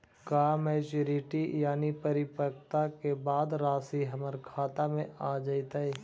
का मैच्यूरिटी यानी परिपक्वता के बाद रासि हमर खाता में आ जइतई?